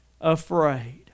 Afraid